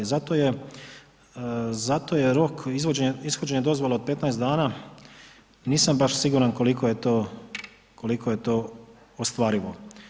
Zato je rok ishođenja dozvola od 15 dana, nisam baš siguran koliko je to ostvarivo.